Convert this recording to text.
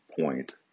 point